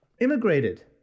Immigrated